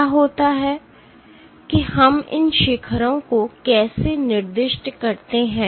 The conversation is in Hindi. क्या होता है कि हम इन शिखरो को कैसे निर्दिष्ट करते हैं